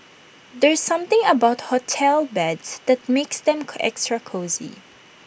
there's something about hotel beds that makes them extra cosy